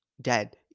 dead